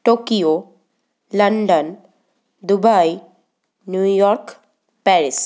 Tokyo London Dubai New York Paris